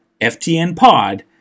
FTNPOD